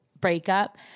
breakup